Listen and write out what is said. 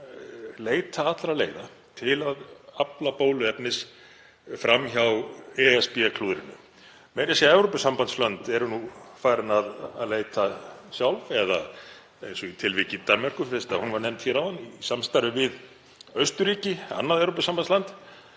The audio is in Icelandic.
leita allra leiða til að afla bóluefnis fram hjá ESB-klúðrinu. Meira að segja Evrópusambandslönd eru nú farin að leita sjálf, eins og í tilviki Danmerkur fyrst hún var nefnd hér áðan, í samstarfi við Austurríki, annað Evrópusambandsland,